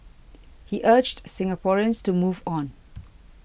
he urged Singaporeans to move on